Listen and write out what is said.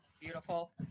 Beautiful